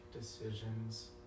decisions